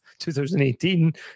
2018